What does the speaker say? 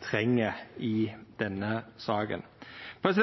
treng i denne saka. Det